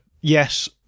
yes